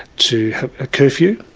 to have a curfew.